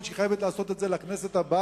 שהיא חייבת לעשות את זה לכנסת הבאה,